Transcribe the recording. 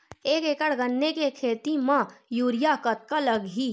एक एकड़ गन्ने के खेती म यूरिया कतका लगही?